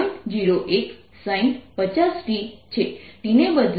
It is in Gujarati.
01sin 50t છે t ને બદલે હું t xv લખીશ